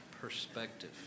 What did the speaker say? perspective